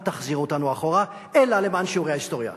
אל תחזיר אותנו אחורה אלא למען שיעורי ההיסטוריה.